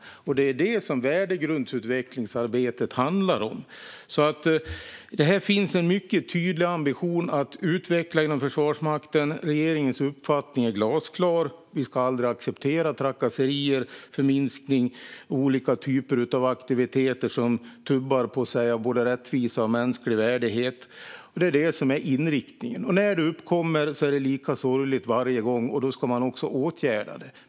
Det är det som värdegrundsutvecklingsarbetet handlar om. Det finns alltså en mycket tydlig ambition att utveckla det här inom Försvarsmakten. Regeringens uppfattning är glasklar: Vi ska aldrig acceptera trakasserier, förminskande eller aktiviteter som tummar på både rättvisa och mänsklig värdighet. Det är det som är inriktningen. När sådant här uppkommer är det lika sorgligt varje gång, och då ska man också åtgärda det.